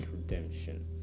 Redemption